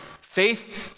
Faith